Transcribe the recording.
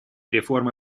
реформы